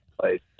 place